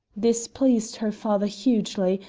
this pleased her father hugely,